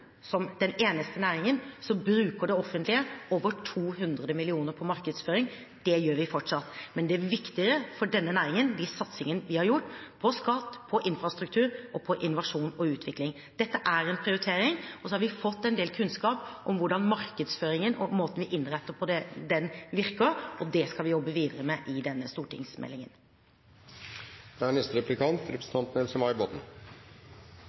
som den eneste næringen – bruker det offentlige over 200 mill. kr på markedsføring. Det gjør vi fortsatt. Men de satsingene vi har hatt på skatt, på infrastruktur og på innovasjon og utvikling, er viktigere for denne næringen. Dette er en prioritering. Så har vi fått en del kunnskap om hvordan markedsføringen og måten vi innretter den på, virker, og det skal vi jobbe videre med i denne